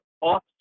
off